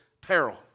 peril